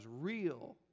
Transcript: real